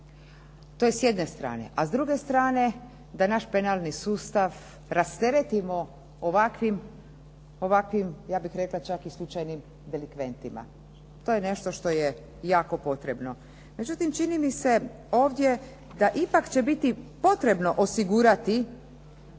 to je s jedne strane. A s druge strane, da naš penalni sustav rasteretimo ovakvim, ja bih rekla čak i slučajnim delikventima. To je nešto što je jako potrebno. Međutim, čini mi se ovdje da ipak će biti potrebno osigurati